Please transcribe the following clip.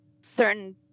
certain